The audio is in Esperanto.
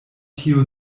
tio